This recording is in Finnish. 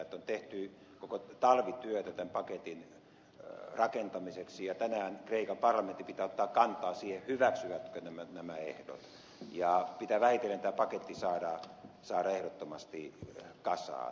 on tehty koko talvi työtä tämän paketin rakentamiseksi ja tänään kreikan parlamentin pitää ottaa kantaa siihen hyväksyvätkö nämä ehdot ja pitää vähitellen tämä paketti saada ehdottomasti kasaan